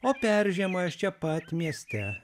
o peržiemojęs čia pat mieste